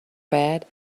bad